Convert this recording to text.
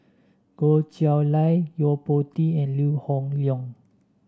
Goh Chiew Lye Yo Po Tee and Lee Hoon Leong